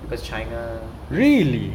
because china is